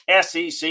SEC